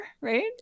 right